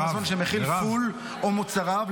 -- אזהרה על מזון שמכיל פול או מוצריו,